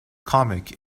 comic